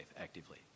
actively